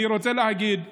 אני רוצה להגיד שהיום,